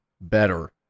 better